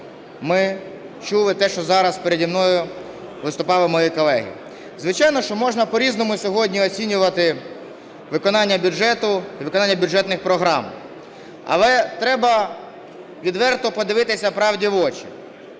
Ми чули те, що зараз переді мною виступали мої колеги. Звичайно, що можна по-різному сьогодні оцінювати виконання бюджету і виконання бюджетних програм, але треба відверто подивитися правді в очі.